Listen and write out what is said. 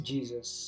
Jesus